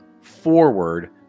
forward